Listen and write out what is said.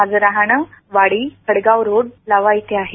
माझं राहणं वाडी खडगाव रोड लाव्हा इथं आहे